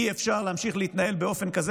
אי-אפשר להמשיך להתנהל באופן כזה,